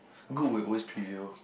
good will always prevail